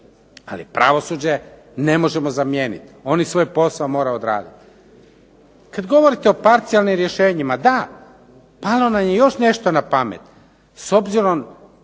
Ali pravosuđe ne možemo zamijeniti. Oni svoj posao moraju odraditi. Kada govorite o parcijalnim rješenjima, da. Palo nam je još nešto na pamet. S obzirom